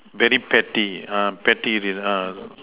very petty uh petty uh